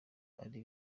ari